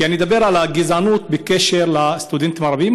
כי אני אדבר על הגזענות בהקשר של הסטודנטים הערבים,